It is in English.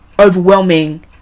overwhelming